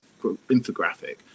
infographic